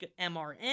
mrn